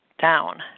down